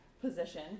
position